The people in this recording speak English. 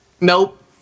Nope